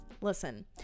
Listen